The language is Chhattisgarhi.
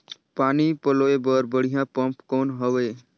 पानी पलोय बर बढ़िया पम्प कौन हवय?